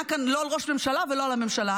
כאן לא על ראש הממשלה ולא על הממשלה.